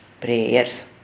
prayers